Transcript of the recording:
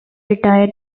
retired